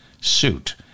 Suit